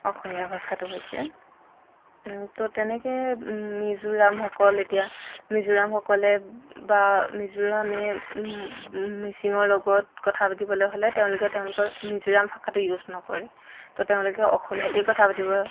অসমীয়া ভাষাটো হৈছে তো তেনেকৈ মিজোৰামসকল এতিয়া মিজোৰামসকলে বা মিজোৰামে মিচিঙৰ লগত কথা পাতিবলৈ হ'লে তেওঁলোকে তেওঁলোকৰ মিজোৰাম ভাষাটো ইউজ নকৰে তো তেওঁলোকে অসমীয়াতেই কথা পাতিব